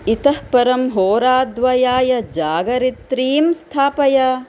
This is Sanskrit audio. इतः परं होराद्वयाय जागरित्रीं स्थापय